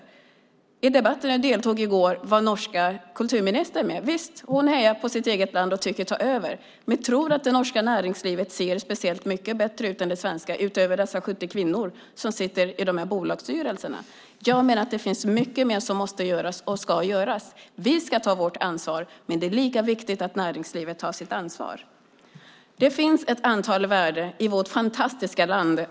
I den debatt jag i går deltog i var den norska kulturministern med. Visst hejar hon på sitt eget land och tycker att vi ska ta över systemet. Men tror ni att det norska näringslivet ser så speciellt mycket bättre ut än det svenska utöver de 70 kvinnor som sitter i bolagsstyrelserna? Jag menar att det finns mycket mer som måste göras och som ska göras. Vi ska ta vårt ansvar, men det är lika viktigt att näringslivet tar sitt ansvar. Det finns ett antal värden att värna i vårt fantastiska land.